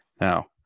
Now